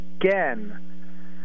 again